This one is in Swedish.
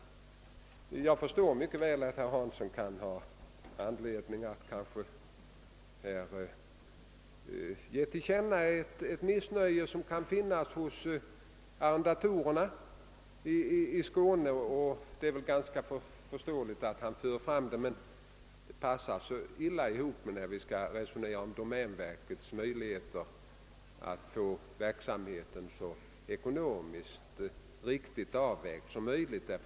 Det är förståeligt om herr Hansson i Skegrie vill ge till känna ett missnöje som arrendatorerna i Skåne kan hysa men det passar illa att göra det i detta sammanhang när vi resonerar om domänverkets möjligheter att få verksamheten ekonomiskt riktigt avvägd.